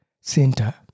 center